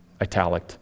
italic